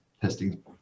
testing